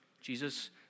Jesus